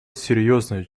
серьезной